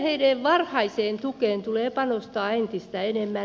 perheiden varhaiseen tukeen tulee panostaa entistä enemmän